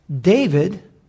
David